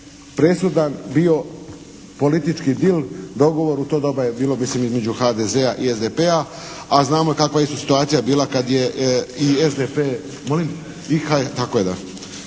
presudan bio politički deal, dogovor, u to doba je bilo mislim između HDZ-a i SDP-a, a znamo kakva je isto situacija bila kad je i SDP. Molim? …/Upadica